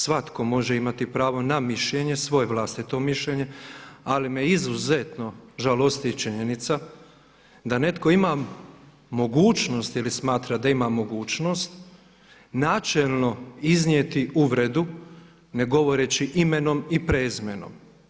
Svatko može imati pravo na mišljenje, svoje vlastito mišljenje ali me izuzetno žalosti činjenica da netko ima mogućnost ili smatra da ima mogućnost načelno iznijeti uvredu ne govoreći imenom i prezimenom.